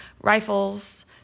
Rifles